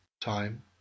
Time